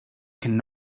can